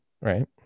Right